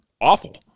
awful